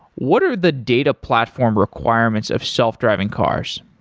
what are the data platform requirements of self-driving cars?